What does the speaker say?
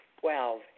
Twelve